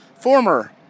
former